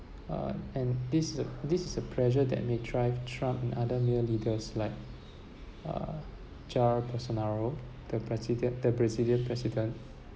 uh and this is a this is a pressure that may drive trump and other male leaders like uh jair bolsonaro the brazilian the brazilian president